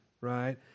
right